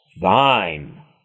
thine